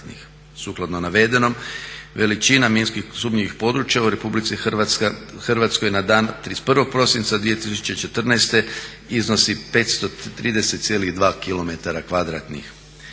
Sukladno navedenom veličina minski sumnjivih područja u RH na dan 31.prosinca 2014.iznosi 530,2